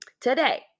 today